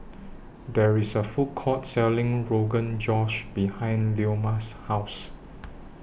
There IS A Food Court Selling Rogan Josh behind Leoma's House